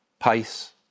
pace